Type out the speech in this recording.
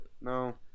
no